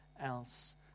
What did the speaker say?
else